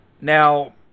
Now